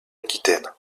aquitaine